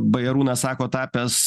bajarūnas sako tapęs